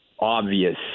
obvious